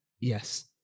Yes